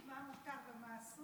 אני יודעת בדיוק מה מותר ומה אסור,